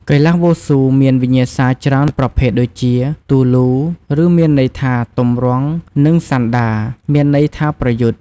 កីឡាវ៉ូស៊ូមានវិញ្ញាសាច្រើនប្រភេទដូចជា ទូលូ ឬមានន័យថា ទម្រង់ និងសាន់ដា មានន័យថាប្រយុទ្ធ។